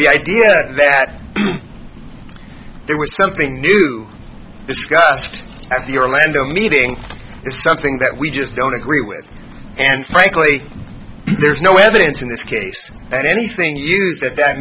the idea that there was something new discussed at the orlando meeting is something that we just don't agree with and frankly there's no evidence in this case that anything used at that